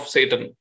Satan